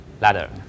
ladder